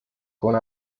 con